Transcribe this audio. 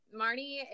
Marnie